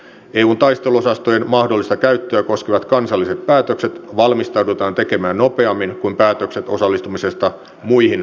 eun taisteluosastojen mahdollista käyttöä koskevat kansalliset päätökset valmistaudutaan tekemään nopeammin kuin päätökset osallistumisesta muihin sotilaallisiin kriisinhallintaoperaatioihin